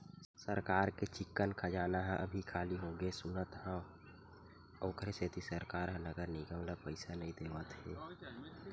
सरकार के चिक्कन खजाना ह अभी खाली होगे सुनत हँव, ओखरे सेती सरकार ह नगर निगम ल पइसा नइ देवत हे